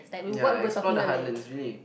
ya I explore the heartland is really